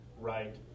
right